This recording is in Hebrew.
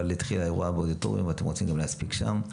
אבל --- אתם רוצים גם להספיק שם.